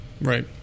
Right